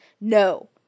No